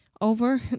over